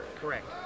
Correct